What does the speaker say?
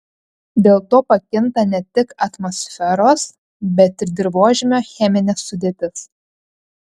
dėl to pakinta ne tik atmosferos bet ir dirvožemio cheminė sudėtis